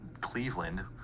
Cleveland